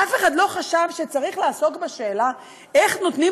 אף אחד לא חשב שצריך לעסוק בשאלה איך נותנים